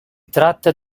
tratta